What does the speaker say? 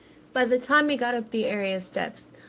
by the time he got up the area-steps,